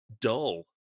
dull